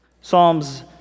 Psalms